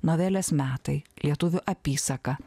novelės metai lietuvių apysaka